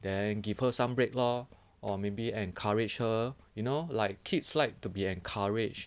then give her some break lor or maybe encourage her you know like kids like to be encouraged